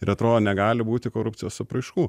ir atrodo negali būti korupcijos apraiškų